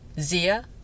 Zia